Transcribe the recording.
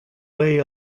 way